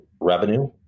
revenue